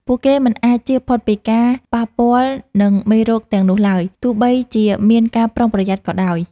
ពួកគេមិនអាចជៀសផុតពីការប៉ះពាល់នឹងមេរោគទាំងនោះឡើយ ទោះបីជាមានការប្រុងប្រយ័ត្នក៏ដោយ។